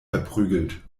verprügelt